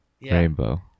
rainbow